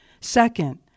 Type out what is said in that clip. Second